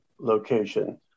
location